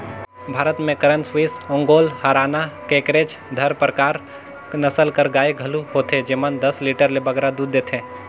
भारत में करन स्विस, ओंगोल, हराना, केकरेज, धारपारकर नसल कर गाय घलो होथे जेमन दस लीटर ले बगरा दूद देथे